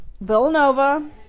Villanova